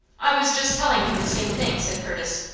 i was just telling him the same thing, said curtis.